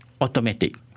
automatic